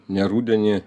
ne rudenį